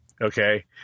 okay